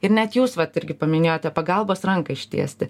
ir net jūs vat irgi paminėjote pagalbos ranką ištiesti